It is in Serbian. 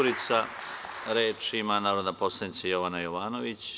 Reč ima narodna poslanica Jovana Jovanović.